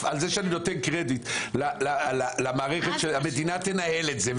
על כך שאני נותן קרדיט למערכת שהמדינה תנהל את זה,